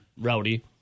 Rowdy